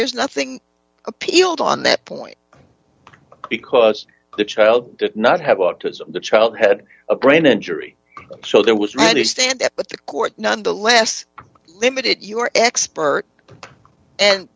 there's nothing appealed on that point because the child did not have autism the child had a brain injury so there was really understand that but the court none the less limited your expert and